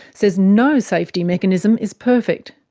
says no safety mechanism is perfect.